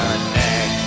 neck